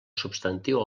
substantiu